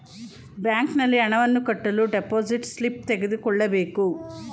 ಬ್ಯಾಂಕಿನಲ್ಲಿ ಹಣವನ್ನು ಕಟ್ಟಲು ಡೆಪೋಸಿಟ್ ಸ್ಲಿಪ್ ತೆಗೆದುಕೊಳ್ಳಬೇಕು